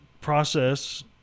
process